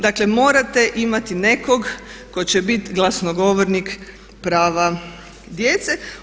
Dakle morate imati nekog ko će biti glasnogovornik prava djece.